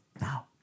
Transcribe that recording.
now